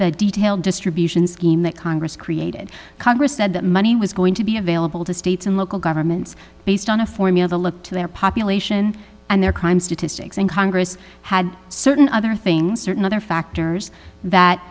the detail distribution scheme that congress created congress said that money was going to be available to states and local governments based on a formula to look to their population and their crime statistics and congress had certain other things certain other factors that